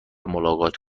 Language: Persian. ملاقات